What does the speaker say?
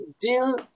deal